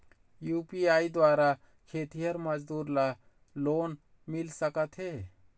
UPI द्वारा खेतीहर मजदूर ला लोन मिल सकथे?